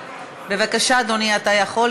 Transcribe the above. בבקשה, אדוני, אתה יכול.